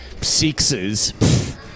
sixes